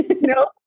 No